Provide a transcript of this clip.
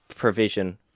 provision